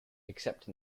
except